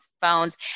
phones